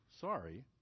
sorry